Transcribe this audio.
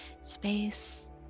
space